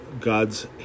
God's